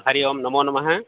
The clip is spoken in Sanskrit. हरिः ओम् नमोनमः